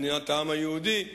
במדינת העם היהודי,